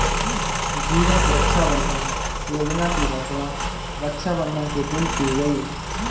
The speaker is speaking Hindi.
जीवन सुरक्षा बंधन योजना की घोषणा रक्षाबंधन के दिन की गई